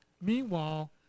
Meanwhile